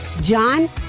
John